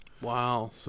Wow